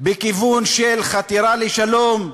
בכיוון של חתירה לשלום,